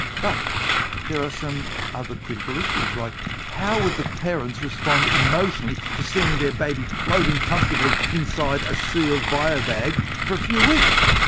but there are some other critical issues like how would the parents respond emotionally to seeing their baby floating comfortably inside a sealed biobag for a few weeks?